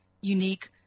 unique